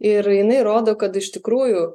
ir jinai rodo kad iš tikrųjų